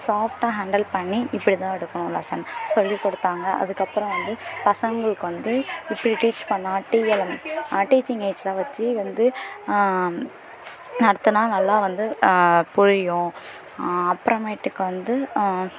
சாஃப்டாக ஹாண்ட்டில் பண்ணி இப்படி தான் எடுக்கணும் லெஸன் சொல்லி கொடுத்தாங்க அதுக்கு அப்புறம் வந்து பசங்களுக்கு வந்து இப்படி டீச் பண்ணாட்டி T L M teaching exam வெச்சு வந்து நடத்தினா நல்லா வந்து புரியும் அப்புறமேட்டுக்கு வந்து